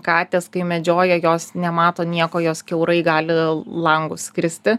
katės kai medžioja jos nemato nieko jos kiaurai gali langus skristi